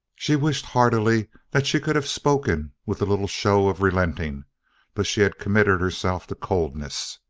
she wished heartily that she could have spoken with a little show of relenting but she had committed herself to coldness.